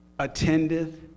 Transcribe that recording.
attendeth